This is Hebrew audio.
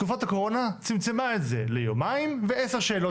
תקופת הקורונה צמצמה את זה ליומיים ועשר שאלות.